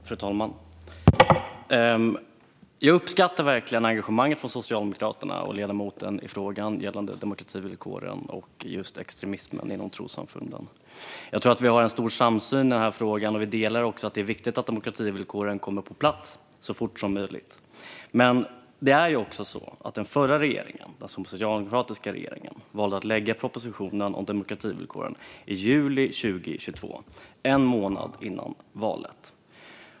Fru talman! Jag uppskattar verkligen engagemanget hos Socialdemokraterna och ledamoten i frågan om demokrativillkoren och extremismen inom trossamfunden. Jag tror att vi har en stor samsyn i denna fråga, och vi delar också synen att det är viktigt att demokrativillkoren kommer på plats så fort som möjligt. Men den förra socialdemokratiska regeringen valde att lägga fram propositionen om demokrativillkoren i juli 2022, en månad före valet.